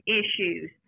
issues